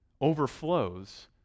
overflows